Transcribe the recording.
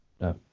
No